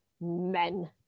men